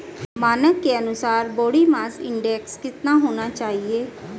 मानक के अनुसार बॉडी मास इंडेक्स कितना होना चाहिए?